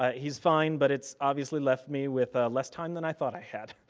he's fine, but its obviously left me with less time than i thought i had.